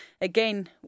again